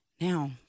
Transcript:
Now